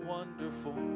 Wonderful